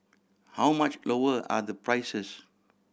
how much lower are the prices